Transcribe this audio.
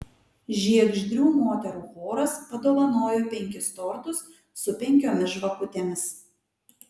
žiegždrių moterų choras padovanojo penkis tortus su penkiomis žvakutėmis